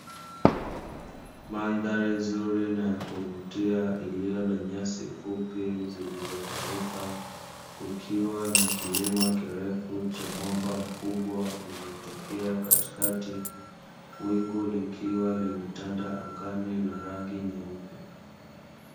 Mandhari nzuri na ya kuvutia, iliyo na nyasi fupi zilizokauka, kukiwa na kilima kirefu cha mwamba mkubwa uliotokea katikati. Wingu likiwa limetanda angani na rangi nyeupe.